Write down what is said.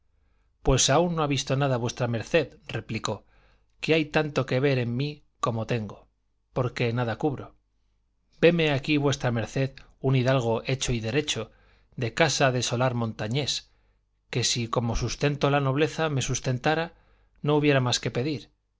pues aún no ha visto nada v md replicó que hay tanto que ver en mí como tengo porque nada cubro veme aquí v md un hidalgo hecho y derecho de casa de solar montañés que si como sustento la nobleza me sustentara no hubiera más que pedir